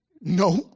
No